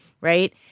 right